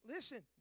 Listen